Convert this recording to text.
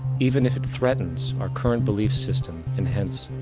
even if it threatens our current belief system, and hence,